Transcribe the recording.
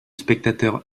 spectateur